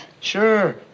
Sure